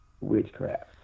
Witchcraft